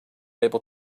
able